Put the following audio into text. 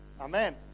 amen